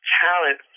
talent